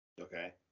Okay